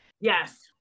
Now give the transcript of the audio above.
Yes